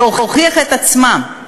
להוכיח את עצמם.